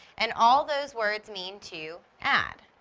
and all those words mean to add.